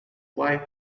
wife